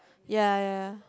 ya ya